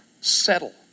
settle